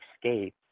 escape